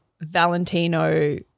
Valentino